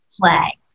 play